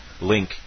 link